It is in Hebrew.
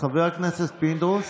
חבר הכנסת פינדרוס?